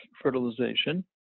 fertilization